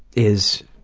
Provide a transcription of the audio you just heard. is